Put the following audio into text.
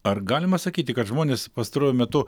ar galima sakyti kad žmonės pastaruoju metu